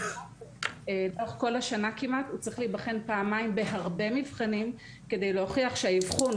כל השנה כמעט הוא צריך להיבחן פעמיים בהרבה מבחנים כדי להוכיח שהאבחון,